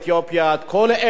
כל אלה, בעצם,